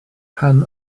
pan